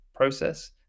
process